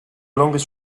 longest